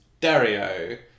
Dario